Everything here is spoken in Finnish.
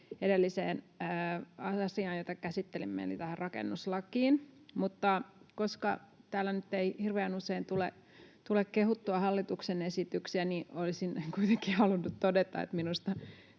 edelliseen asiaan, jota käsittelimme, eli tähän rakennuslakiin. Mutta koska täällä nyt ei hirveän usein tule kehuttua hallituksen esityksiä, niin olisin kuitenkin halunnut todeta, että minusta